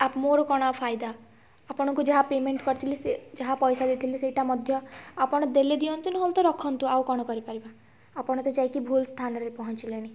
ମୋର କ'ଣ ଆଉ ଫାଇଦା ଆପଣଙ୍କୁ ଯାହା ପେମେଣ୍ଟ୍ କରିଥିଲି ଯାହା ପଇସା ଦେଇଥିଲି ସେଇଟା ମଧ୍ୟ ଆପଣ ଦେଲେ ଦିଅନ୍ତୁ ନହେଲେ ତ ରଖନ୍ତୁ ଆଉ କ'ଣ କରିପାରିବା ଆପଣ ତ ଯାଇକି ଭୁଲ୍ ସ୍ଥାନରେ ପହଞ୍ଚିଲେଣି